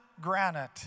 granite